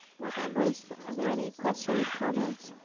board members, are there any questions, comments,